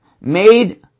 made